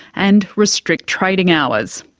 and restrict trading hours.